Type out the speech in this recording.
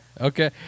Okay